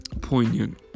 Poignant